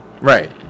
Right